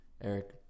Eric